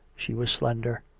she was slender.